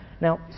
Now